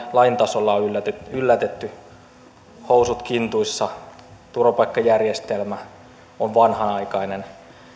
lain tasolla yllätetty housut kintuissa turvapaikkajärjestelmä on vanhanaikainen